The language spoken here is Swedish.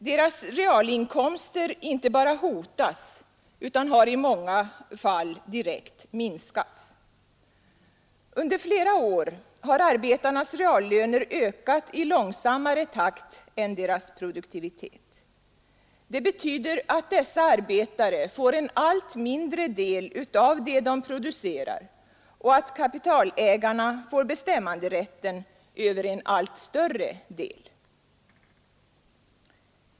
Deras realinkomster inte bara hotas utan har i många fall direkt minskat. Under flera år har arbetarnas reallöner ökat i långsammare takt än deras produktivitet. Det betyder att 111 dessa arbetare får en allt mindre del av det de producerar och att kapitalägarna får bestämmanderätten över en allt större del.